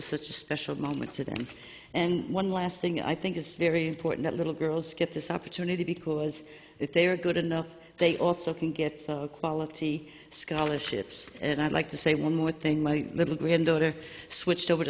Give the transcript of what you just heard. was such a special moment to them and one last thing i think is very important little girls get this opportunity because if they are good enough they also can get so quality scholarships and i'd like to say one more thing my little granddaughter switched over